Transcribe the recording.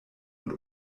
und